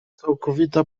całkowita